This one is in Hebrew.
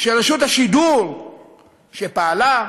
שרשות השידור שפעלה,